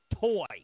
toy